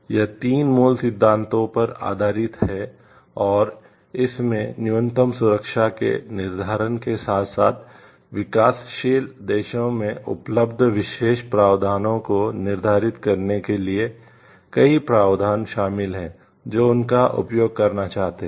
यह 3 मूल सिद्धांतों पर आधारित है और इसमें न्यूनतम सुरक्षा के निर्धारण के साथ साथ विकासशील देशों में उपलब्ध विशेष प्रावधानों को निर्धारित करने के लिए कई प्रावधान शामिल हैं जो उनका उपयोग करना चाहते हैं